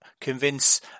convince